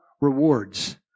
rewards